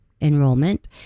enrollment